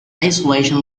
isolation